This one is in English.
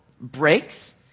breaks